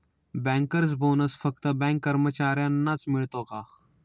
Bankers bonus फक्त bank कर्मचाऱ्यांनाच मिळतो का?